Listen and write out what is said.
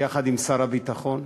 יחד עם שר הביטחון,